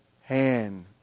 hand